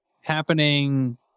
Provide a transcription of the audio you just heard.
happening